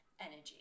energy